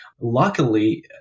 Luckily